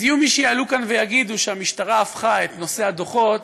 אז יהיו מי שיעלו לכאן ויגידו שהמשטרה הפכה את נושא הדוחות